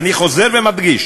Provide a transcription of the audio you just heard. אני חוזר ומדגיש